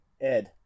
Ed